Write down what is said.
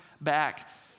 back